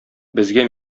безгә